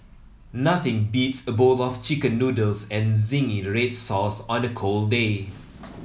nothing beats a bowl of Chicken Noodles and zingy red sauce on a cold day